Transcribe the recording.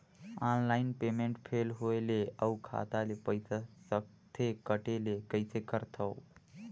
Online payment fail होय ले अउ खाता ले पईसा सकथे कटे ले कइसे करथव?